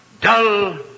dull